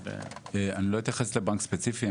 אני לא אתייחס לבנק ספציפי,